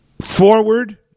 forward